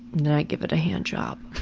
then i'd give it a handjob.